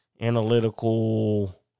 analytical